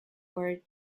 were